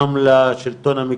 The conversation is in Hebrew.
אני ראש אג"מ, כב"ה.